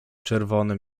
czerwony